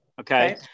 Okay